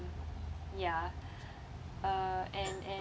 ya uh and and